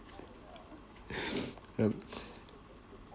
yup